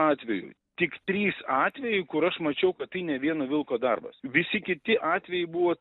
atvejų tik trys atvejai kur aš mačiau kad tai ne vieno vilko darbas visi kiti atvejai buvo